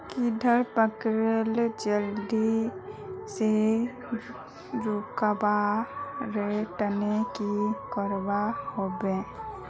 कीड़ा पकरिले जल्दी से रुकवा र तने की करवा होबे?